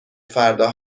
فردا